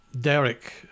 Derek